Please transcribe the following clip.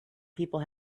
people